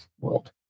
world